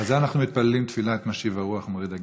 זה אנחנו מתפללים תפילת "משיב הרוח מוריד הגשם".